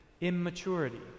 immaturity